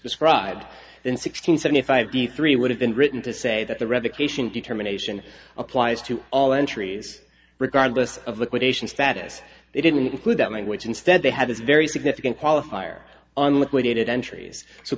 described then sixteen seventy five d three would have been written to say that the revocation determination applies to all entries regardless of the quotation status they didn't include that language instead they had this very significant qualifier on liquidated entries so